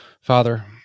Father